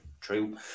True